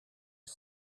you